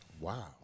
Wow